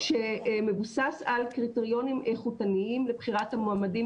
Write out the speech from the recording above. שמבוסס על קריטריונים איכותניים לבחירת המועמדים,